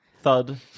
thud